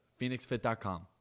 phoenixfit.com